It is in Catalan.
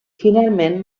finalment